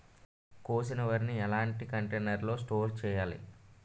కోసిన వరిని ఎలాంటి కంటైనర్ లో స్టోర్ చెయ్యాలి?